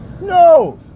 no